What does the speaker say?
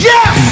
Yes